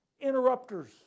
interrupters